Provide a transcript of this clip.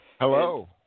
Hello